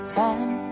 time